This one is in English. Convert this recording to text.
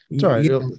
sorry